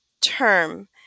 term